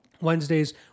Wednesdays